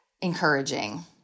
encouraging